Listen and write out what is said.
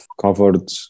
covered